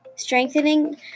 Strengthening